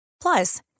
Plus